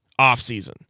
offseason